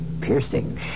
piercing